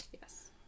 Yes